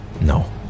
No